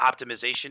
optimization